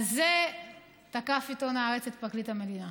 על זה תקף עיתון הארץ את פרקליט המדינה.